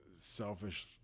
selfish